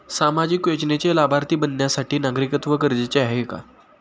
सामाजिक योजनेचे लाभार्थी बनण्यासाठी नागरिकत्व गरजेचे आहे का?